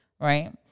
Right